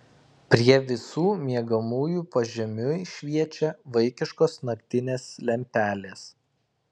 prie visų miegamųjų pažemiui šviečia vaikiškos naktinės lempelės